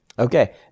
Okay